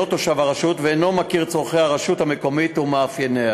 תושב הרשות ואינו מכיר את צורכי הרשות המקומית ומאפייניה.